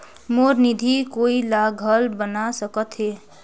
मोर निधि कोई ला घल बना सकत हो?